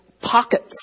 pockets